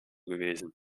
gewesen